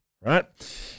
right